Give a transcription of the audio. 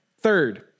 Third